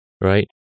Right